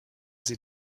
sie